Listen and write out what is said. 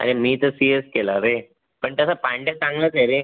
अरे मी तर सीयेस केला रे पण तसा पांड्या चांगलाच आहे रे